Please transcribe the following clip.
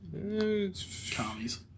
commies